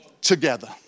Together